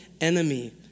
enemy